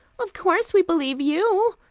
of course we believe you,